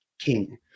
king